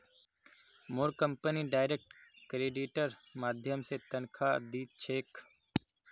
मोर company direct क्रेडिटेर माध्यम स तनख़ा दी छेक